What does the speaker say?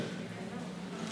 אימאן ח'טיב יאסין (רע"מ,